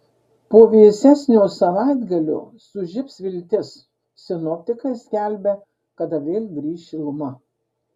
po vėsesnio savaitgalio sužibs viltis sinoptikai skelbia kada vėl grįš šiluma